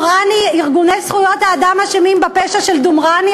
ארגוני זכויות האדם אשמים בפשע של דומרני,